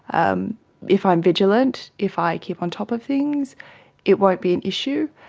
um if i am vigilant, if i keep on top of things it won't be an issue.